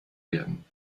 werden